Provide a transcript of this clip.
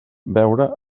veure